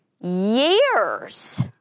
years